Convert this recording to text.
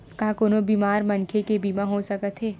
का कोनो बीमार मनखे के बीमा हो सकत हे?